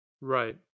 Right